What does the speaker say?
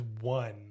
one